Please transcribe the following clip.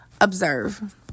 Observe